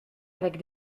avec